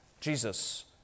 Jesus